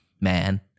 man